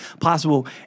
possible